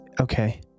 Okay